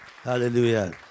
Hallelujah